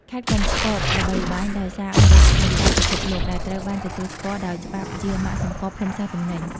ខេត្តកំពតល្បីល្បាញដោយសារម្រេចលំដាប់ពិភពលោក ដែលត្រូវបានទទួលស្គាល់ដោយច្បាប់ជាម៉ាកសម្គាល់ភូមិសាស្ត្រទំនិញ។